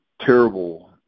terrible